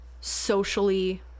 socially